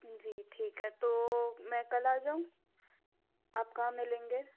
जी ठीक है तो मैं कल आ जाऊँ आप कहाँ मिलेंगे